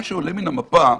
מה שעולה מן המפה,